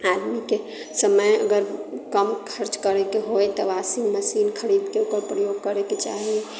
आदमीकेँ समय अगर कम खर्च करैके होइ तऽ वाशिङ्गमशीन खरीदके ओकर प्रयोग करैके चाही